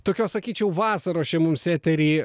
tokios sakyčiau vasaros čia mums į eterį